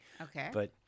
Okay